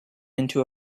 into